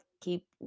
keep